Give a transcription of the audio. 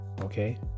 okay